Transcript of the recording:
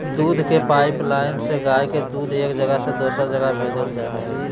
दूध के पाइपलाइन से गाय के दूध एक जगह से दोसर जगह भेजल जा हइ